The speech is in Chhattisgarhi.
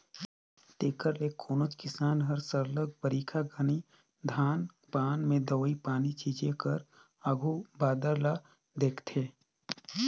तेकर ले कोनोच किसान हर सरलग बरिखा घनी धान पान में दवई पानी छींचे कर आघु बादर ल देखथे